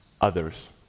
Others